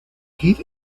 hit